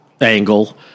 angle